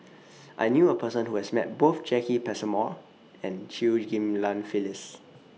I knew A Person Who has Met Both Jacki Passmore and Chew Ghim Lian Phyllis